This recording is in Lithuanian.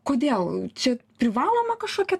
kodėl čia privaloma kažkokia